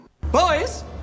Boys